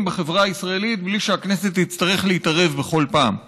בחברה הישראלית בלי שהכנסת תצטרך להתערב בכל פעם.